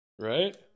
Right